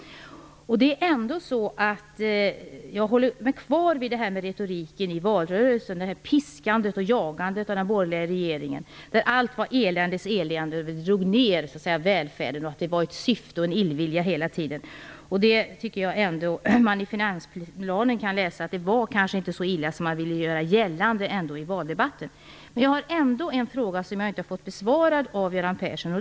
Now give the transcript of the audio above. Jag håller mig kvar vid retoriken under valrörelsen och vid piskandet och jagandet när det gällde den borgerliga regeringen. Allt var eländes elände, välfärden försämrades och allt som den borgerliga regeringen genomförde gjordes av illvilja. I finansplanen kan man nu läsa att det kanske inte var så illa som man ville göra gällande i valdebatten. Jag har ändå inte fått min fråga om de 500 miljonerna besvarad av Göran Persson.